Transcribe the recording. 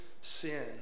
sin